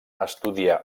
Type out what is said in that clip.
estudià